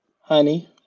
honey